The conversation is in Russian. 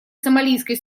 сомалийской